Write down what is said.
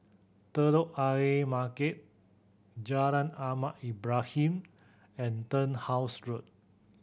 Telok Ayer Market Jalan Ahmad Ibrahim and Turnhouse Road